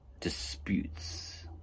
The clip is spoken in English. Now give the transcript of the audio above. disputes